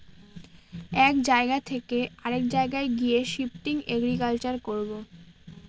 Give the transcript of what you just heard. এক জায়গা থকে অরেক জায়গায় গিয়ে শিফটিং এগ্রিকালচার করবো